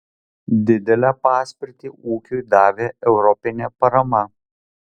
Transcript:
didelę paspirtį ūkiui davė europinė parama